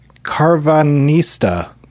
carvanista